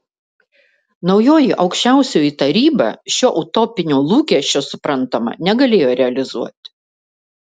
naujoji aukščiausioji taryba šio utopinio lūkesčio suprantama negalėjo realizuoti